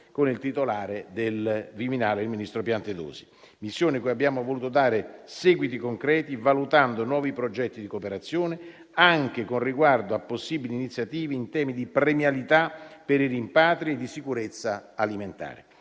con il titolare del Viminale, il ministro Piantedosi; missione cui abbiamo voluto dare seguiti concreti, valutando nuovi progetti di cooperazione, anche con riguardo a possibili iniziative in temi di premialità per i rimpatri e di sicurezza alimentare.